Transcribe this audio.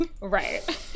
right